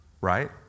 right